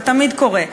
זה תמיד קורה,